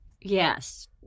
Yes